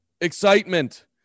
excitement